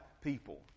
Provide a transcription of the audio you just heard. people